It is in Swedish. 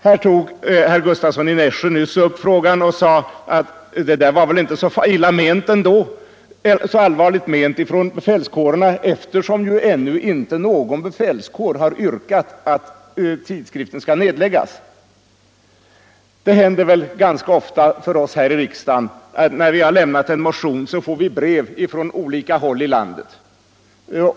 Herr Gustavsson i Nässjö tog nyss upp frågan och sade att det där väl inte var så allvarligt menat av befälskårerna, eftersom ännu inte någon kår har yrkat att tidskriften skall läggas ned. Det händer väl ofta att vi riksdagsmän när vi väckt en motion får brev från olika håll i landet.